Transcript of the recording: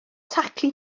taclu